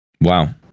Wow